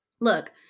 Look